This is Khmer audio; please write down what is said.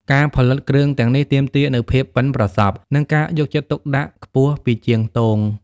ការផលិតគ្រឿងទាំងនេះទាមទារនូវភាពប៉ិនប្រសប់ និងការយកចិត្តទុកដាក់ខ្ពស់ពីជាងទង។